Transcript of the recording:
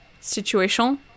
situational